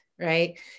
right